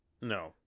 no